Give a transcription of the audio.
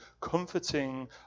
comforting